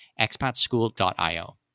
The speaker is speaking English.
expatschool.io